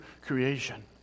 creation